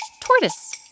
tortoise